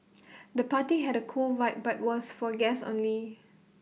the party had A cool vibe but was for guests only